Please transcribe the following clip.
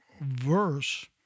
verse